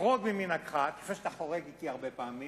שתחרוג ממנהגך, כפי שאתה חורג אתי הרבה פעמים,